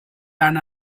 eine